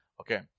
Okay